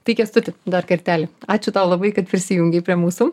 tai kęstutį dar kartelį ačiū tau labai kad prisijungei prie mūsų